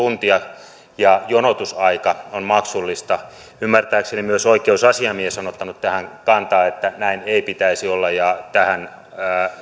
tuntia ja jonotusaika on maksullista ymmärtääkseni myös oikeusasiamies on ottanut tähän kantaa että näin ei pitäisi olla ja tähän